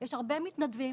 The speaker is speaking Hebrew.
יש הרבה מתנדבים,